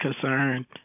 concerned